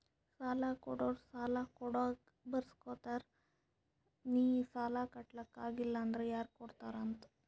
ಸಾಲಾ ಕೊಡೋರು ಸಾಲಾ ಕೊಡಾಗ್ ಬರ್ಸ್ಗೊತ್ತಾರ್ ನಿ ಸಾಲಾ ಕಟ್ಲಾಕ್ ಆಗಿಲ್ಲ ಅಂದುರ್ ಯಾರ್ ಕಟ್ಟತ್ತಾರ್ ಅಂತ್